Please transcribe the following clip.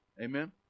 Amen